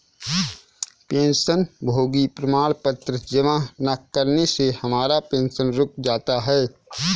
पेंशनभोगी प्रमाण पत्र जमा न करने से हमारा पेंशन रुक जाता है